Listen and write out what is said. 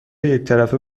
یکطرفه